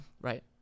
right